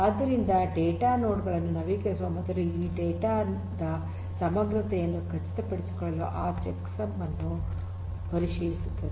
ಆದ್ದರಿಂದ data node ಗಳನ್ನು ನವೀಕರಿಸುವ ಮೊದಲು ಈ ಡೇಟಾ ದ ಸಮಗ್ರತೆಯನ್ನು ಖಚಿತಪಡಿಸಿಕೊಳ್ಳಲು ಆ ಚೆಕ್ಸಮ್ ಅನ್ನು ಪರಿಶೀಲಿಸುತ್ತದೆ